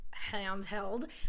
handheld